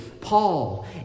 Paul